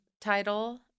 title